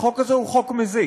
החוק הזה הוא חוק מזיק.